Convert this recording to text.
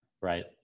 right